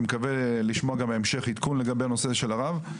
אני מקווה גם לשמוע עדכון בהמשך לגבי הנושא של הרב.